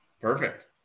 Perfect